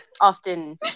often